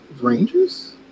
Rangers